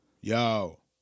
yo